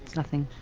nothing.